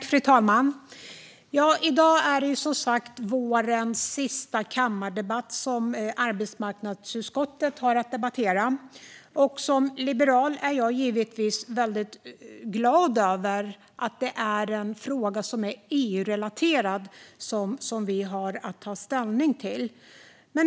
Fru talman! I dag är det för arbetsmarknadsutskottet som sagt vårens sista kammardebatt. Som liberal är jag givetvis väldigt glad över att det är en EU-relaterad fråga som vi har att ta ställning till.